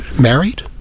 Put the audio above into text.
Married